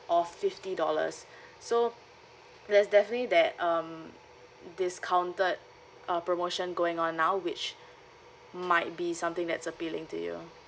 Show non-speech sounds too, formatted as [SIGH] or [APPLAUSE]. of fifty dollars [BREATH] so there's definitely that um discounted uh promotion going on now which might be something that's appealing to you